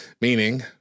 meaning